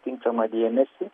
tinkamą dėmesį